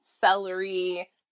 celery